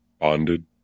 bonded